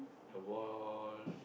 the ball